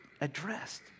addressed